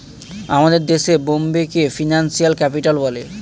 আমাদের দেশে বোম্বেকে ফিনান্সিয়াল ক্যাপিটাল বলে